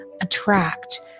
attract